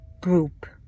group